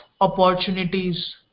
Opportunities